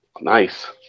Nice